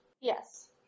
Yes